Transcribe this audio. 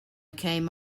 came